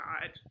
God